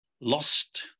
lost